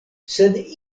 sed